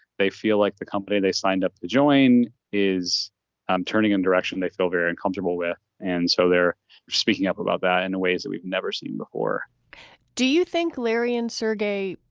they feel like the company they signed up to join is um turning in direction they feel very uncomfortable with. and so they're speaking up about that in a ways that we've never seen before do you think larry and sergei,